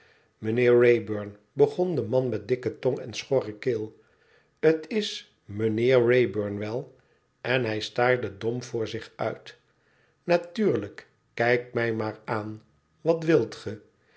begon de man met dikke tong en schorre keel t is meheer wrayburn wel en hij staarde dom voor zich uit natuurlijk kijk mij maar aan wat wilt ge